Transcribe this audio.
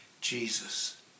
Jesus